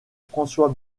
françois